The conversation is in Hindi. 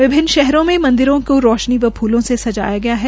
विभिन्न शहरों में मंदिरों को रौशनी व फलों से सजाया गया है